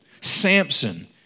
Samson